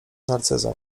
narcyzem